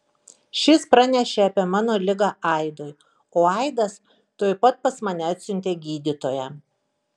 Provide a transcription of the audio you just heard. šis pranešė apie mano ligą aidui o aidas tuoj pat pas mane atsiuntė gydytoją